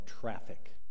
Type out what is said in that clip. traffic